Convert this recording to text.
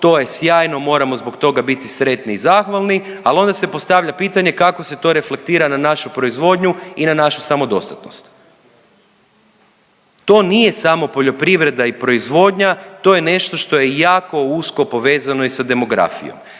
To je sjajno, moramo zbog toga biti sretni i zahvalni. Ali onda se postavlja pitanje kako se to reflektira na našu proizvodnju i na našu samodostatnost. To nije samo poljoprivreda i proizvodnja, to je nešto što je jako usko povezano i sa demografijom.